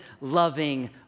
loving